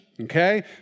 Okay